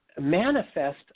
manifest